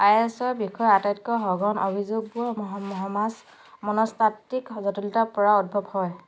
আই এ এচৰ বিষয়ে আটাইতকৈ সঘন অভিযোগবোৰ সমাজ মনস্তাত্ত্বিক জটিলতাৰপৰাই উদ্ভৱ হয়